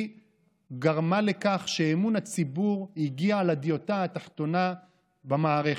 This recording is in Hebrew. היא גרמה לכך שאמון הציבור הגיע לדיוטה התחתונה במערכת,